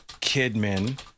Kidman